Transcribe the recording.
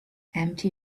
empty